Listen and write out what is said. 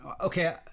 Okay